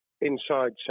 inside